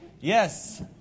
Yes